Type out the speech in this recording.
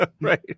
right